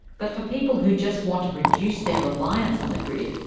but for people who just want to reduce their reliance on the grid,